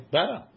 Better